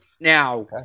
Now